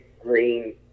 green